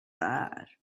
bad